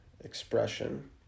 expression